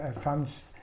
funds